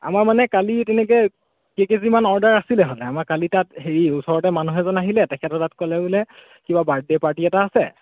আমাৰ মানে কালি তেনেকৈ কেইকেজিমান অৰ্ডাৰ আছিলে হ'লে আমাৰ কালি তাত হেৰি ওচৰতে মানুহ এজন আহিলে তেখেতে তাত ক'লে বোলে কিবা বাৰ্থদে পাৰ্টি এটা আছে